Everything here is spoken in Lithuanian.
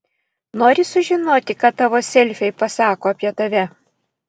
nori sužinoti ką tavo selfiai pasako apie tave